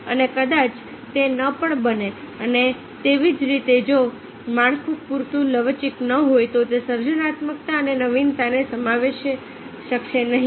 અને કદાચ તે ન પણ બને અને તેવી જ રીતે જો માળખું પૂરતું લવચીક ન હોય તો તે સર્જનાત્મકતા અને નવીનતાને સમાવી શકશે નહીં